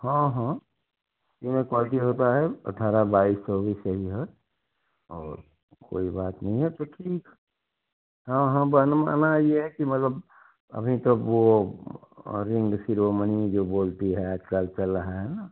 हाँ हाँ इसमें क्वालिटी होती है अट्ठारह बाईस चौबीस यही है और कोई बात नहीं है तो एक्चुअली हाँ हाँ गहनों में यह है कि मतलब अभी तब वह रिंग शिरोमणि जो बोलते हैं आज कल चल रहा है ना